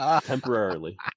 Temporarily